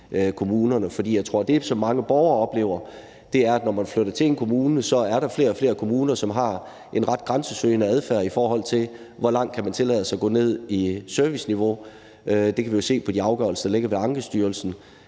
det, som mange borgere oplever, når de flytter til en kommune, er, at der er flere og flere kommuner, som har en ret grænsesøgende adfærd, i forhold til hvor langt man kan tillade sig at gå ned i serviceniveau. Det kan vi jo se på de afgørelser, der har været ved Ankestyrelsen,